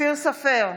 אופיר סופר,